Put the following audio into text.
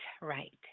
right